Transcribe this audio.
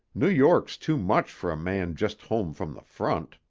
new york's too much for a man just home from the front.